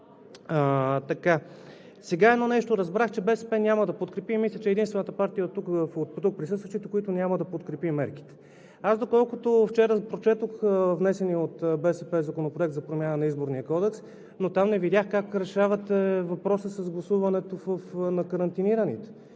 Сега едно нещо разбрах – БСП няма да подкрепи. Мисля, че е единствената партия от тук присъстващите, която няма да подкрепи мерките. Вчера прочетох внесения от БСП законопроект за промяна на Изборния кодекс, но там не видях как решавате въпроса с гласуването на карантинираните.